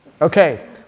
Okay